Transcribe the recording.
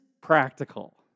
practical